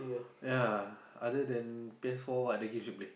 ya other than P_S-four what other games you play